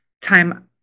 time